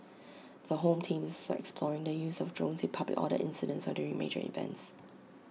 the home team is also exploring the use of drones in public order incidents or during major events